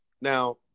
now